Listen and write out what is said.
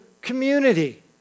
community